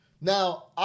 Now